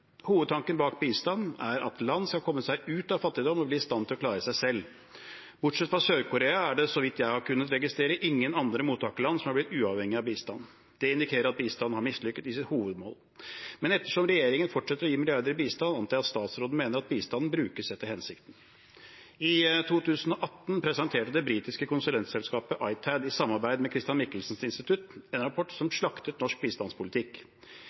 Hovedtanken bak bistand er at land skal komme seg ut av fattigdom og bli i stand til å klare seg selv. Bortsett fra Sør-Korea er det så vidt jeg har kunnet registrere, ingen andre mottakerland som er blitt uavhengig av bistand. Det indikerer at bistanden har mislyktes i sitt hovedmål, men ettersom regjeringen fortsetter å gi milliarder i bistand, antar jeg at statsråden mener at bistanden brukes etter hensikten. I 2018 presenterte det britiske konsulentselskapet Itad i samarbeid med Chr. Michelsens Institutt en rapport som slaktet norsk bistandspolitikk.